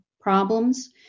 problems